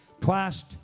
twice